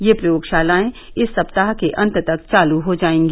ये प्रयोगशालाएं इस सप्ताह के अंत तक चालू हो जायेंगी